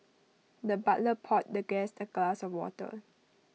the butler poured the guest A glass of water